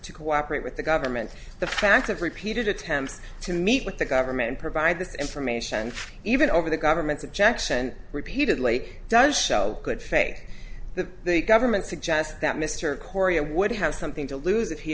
to cooperate with the government the fact of repeated attempts to meet with the government provide this information even over the government's objects and repeatedly does show good faith that the government suggest that mr korea would have something to lose